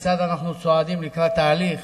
כיצד אנחנו צועדים לקראת ההליך,